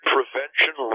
Prevention